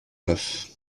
neuf